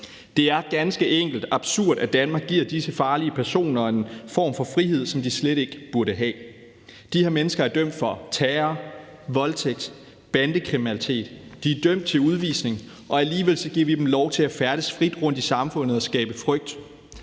Det er ganske enkelt absurd, at Danmark giver disse farlige personer en form for frihed, som de slet ikke burde have. De her mennesker er dømt for terror, voldtægt, bandekriminalitet. De er dømt til udvisning, men alligevel giver vi dem lov til at færdes frit rundt i samfundet og skabe frygt.